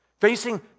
Facing